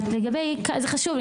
זה חשוב לי,